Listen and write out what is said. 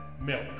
milk